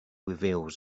reveals